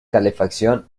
calefacción